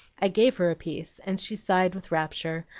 i gave her a piece, and she sighed with rapture,